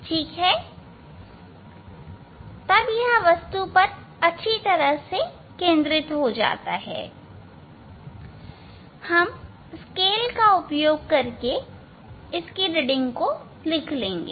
ठीक है तब यह वस्तु पर अच्छी तरह से केंद्रित हो जाता है हम स्केल कि इस रीडिंग को लिख लेंगे